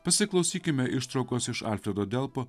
pasiklausykime ištraukos iš alfredo delpo